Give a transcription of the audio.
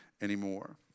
anymore